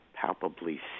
palpably